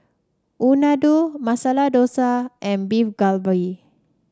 Unadon Masala Dosa and Beef Galbi